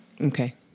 Okay